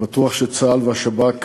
אני בטוח שצה"ל והשב"כ